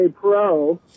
pro